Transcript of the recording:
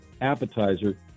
appetizer